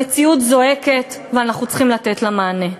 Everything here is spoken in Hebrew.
המציאות זועקת ואנחנו צריכים לתת לה מענה.